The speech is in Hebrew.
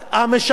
וזה לא מוסרי,